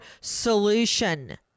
solution